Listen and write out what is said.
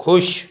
खुश